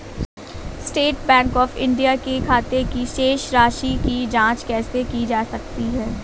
State Bank of India के खाते की शेष राशि की जॉंच कैसे की जा सकती है?